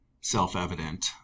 self-evident